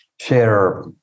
share